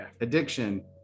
addiction